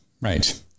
Right